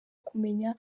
kumenya